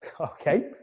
Okay